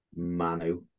Manu